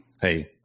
hey